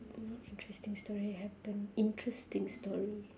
what interesting story happened interesting story